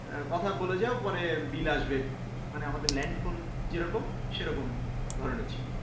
কথা বলে যাওয়া পরে বিল আসবে মানে আমাদের ল্যান্ড ফোন যেরকম সেরকম ধরনের ছিলো